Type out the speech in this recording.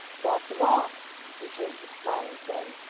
bought them off returned his smiling friend.